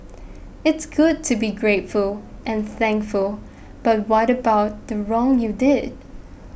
it's good to be grateful and thankful but what about the wrong you did